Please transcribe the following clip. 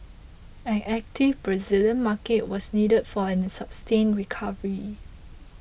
an active Brazilian market was needed for any sustained recovery